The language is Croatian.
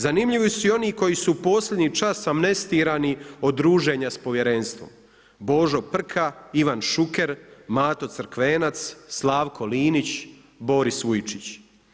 Zanimljivi su i oni koji su u posljednji čas amnestirani od druženja s povjerenstvom, Božo Prka, Ivan Šuker, Mato Crkvenac, Slavko Linić, Boris Vujčić.